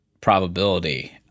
probability